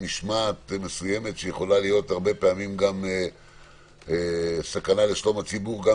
משמעת שיכולה להיות הרבה פעמים גם סכנה לשלום הציבור עם